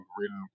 written